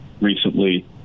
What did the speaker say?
recently